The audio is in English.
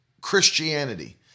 Christianity